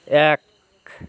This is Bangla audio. এক